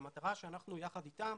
המטרה שאנחנו יחד איתם,